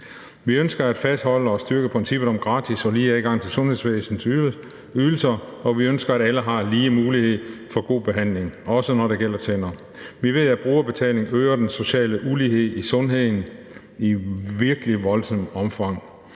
Vi ønsker at fastholde og styrke princippet om gratis og lige adgang til sundhedsvæsenets ydelser, og vi ønsker, at alle har lige mulighed for god behandling, også når det gælder tænderne. Vi ved, at brugerbetaling øger den sociale ulighed i sundhed i virkelig voldsomt omfang.